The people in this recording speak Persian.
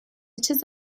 چیز